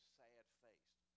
sad-faced